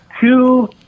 two